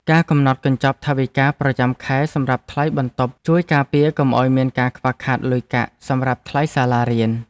ការកំណត់កញ្ចប់ថវិកាប្រចាំខែសម្រាប់ថ្លៃបន្ទប់ជួយការពារកុំឱ្យមានការខ្វះខាតលុយកាក់សម្រាប់ថ្លៃសាលារៀន។